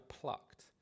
plucked